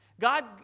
God